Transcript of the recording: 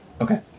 okay